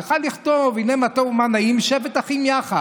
הוא היה יכול לכתוב: הינה מה טוב ומה נעים שבת אחים יחד.